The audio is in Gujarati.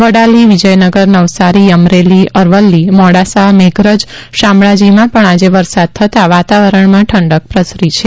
વડાલી વિજયનગર નવસારી અમરેલી અરવલ્લી મોડાસા મેઘરજ શામળાજીમાં પણ આજે વરસાદ થતાં વાતાવરણમાં ઠંડક પ્રસરી છે